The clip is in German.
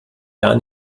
gar